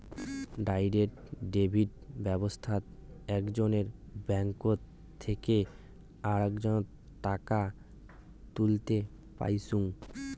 direct debit ব্যাবস্থাত একজনের bank থেকে আরেকজন টাকা তুলতে পাইচুঙ